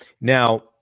Now